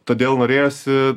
todėl norėjosi